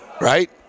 right